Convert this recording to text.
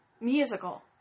musical